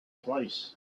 twice